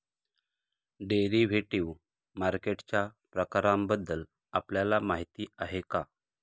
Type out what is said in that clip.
Derivative मार्केटच्या प्रकारांबद्दल आपल्याला माहिती आहे का?